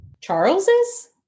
Charles's